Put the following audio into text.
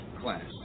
class